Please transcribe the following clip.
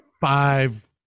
five